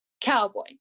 cowboy